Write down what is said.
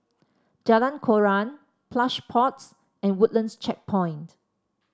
Jalan Koran Plush Pods and Woodlands Checkpoint